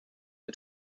the